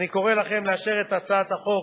ואני קורא לכם לאשר את הצעת החוק